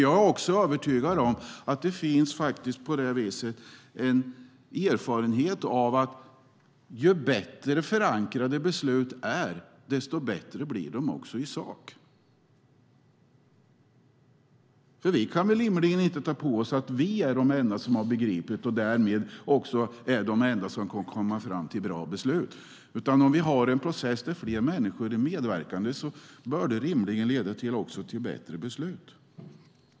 Jag är av erfarenhet övertygad om att ju bättre besluten är förankrade, desto bättre blir de även i sak. Vi kan rimligen inte säga att vi är de enda som har begripit det och därmed de enda som kan komma fram till bra beslut. Om vi har en process där många är medverkande bör det rimligen leda till bättre beslut.